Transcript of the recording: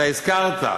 אתה הזכרת,